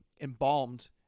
embalmed